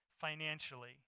financially